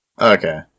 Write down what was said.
Okay